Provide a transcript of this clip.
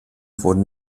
wurden